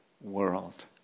world